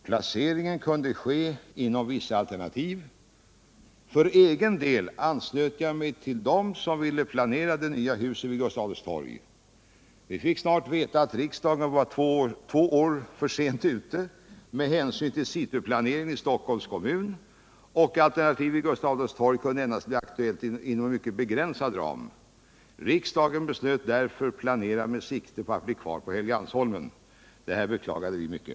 Placeringen kunde ske inom vissa alternativ. För egen del anslöt jag mig till dem som ville planera det nya huset vid Gustav Adolfs torg. Vi fick snart veta att riksdagen var två år för sent ute med hänsyn till cityplaneringen i Stockholms kommun och att alternativet vid Gustav Adolfs torg endast kunde bli aktuellt inom en mycket begränsad ram. Riksdagen beslöt därför att planera med sikte på att bli kvar på Helgeandsholmen. Denna begränsning beklagade vi mycket.